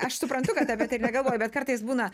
aš suprantu kad apie tai negalvoji bet kartais būna